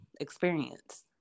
experience